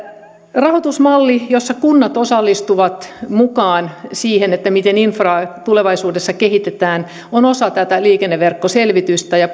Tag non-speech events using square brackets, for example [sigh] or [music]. rahoitusmalli jossa kunnat osallistuvat mukaan siihen miten infraa tulevaisuudessa kehitetään on osa tätä liikenneverkko selvitystä ja [unintelligible]